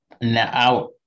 Now